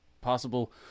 possible